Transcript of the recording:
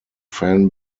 fan